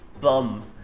bum